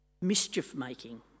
mischief-making